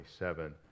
27